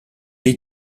est